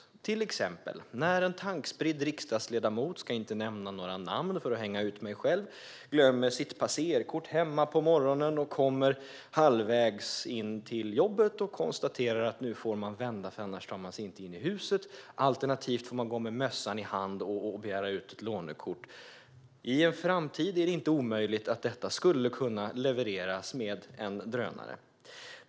Ett exempel är när en tankspridd riksdagsledamot - jag ska inte nämna några namn, för då hänger jag ut mig själv - glömmer sitt passerkort hemma på morgonen, kommer halvvägs in till jobbet och konstaterar att man får vända, för annars tar man sig inte in i Riksdagshuset, alternativt får man gå med mössan i hand och begära ut ett lånekort. I en framtid är det inte omöjligt att passerkortet skulle kunna levereras med en drönare.